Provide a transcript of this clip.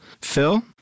Phil